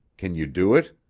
can you do it?